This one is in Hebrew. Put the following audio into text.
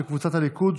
של קבוצת הליכוד,